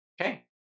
Okay